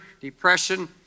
depression